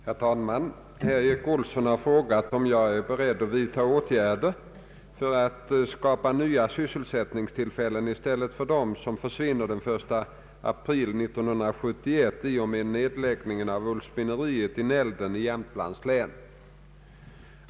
Herr talman! Herr Erik Olsson har frågat om jag är beredd vidta åtgärder för att skapa nya sysselsättningstillfällen i stället för dem som försvinner den 1 april 1971 i och med nedläggningen av ullspinneriet i Nälden i Jämtlands län.